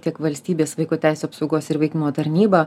tiek valstybės vaiko teisių apsaugos ir įvaikinimo tarnyba